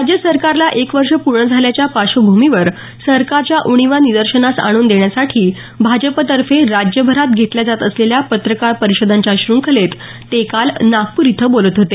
राज्य सरकारला एक वर्ष पूर्ण झाल्याच्या पार्श्वभूमीवर सरकारच्या उणीवा निदर्शनास आणून देण्यासाठी भाजपतर्फे राज्यभरात घेतल्या जात असलेल्या पत्रकार परिषदांच्या श्रंखलेत ते काल नागपूर इथं बोलत होते